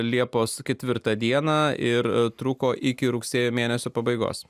liepos ketvirtą dieną ir truko iki rugsėjo mėnesio pabaigos